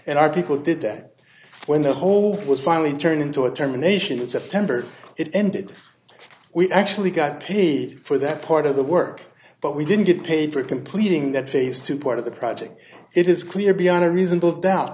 and our people did that when the whole was finally turned into a terminations and september it ended we actually got paid for that part of the work but we didn't get paid for completing that phase two part of the project it is clear beyond a reasonable doubt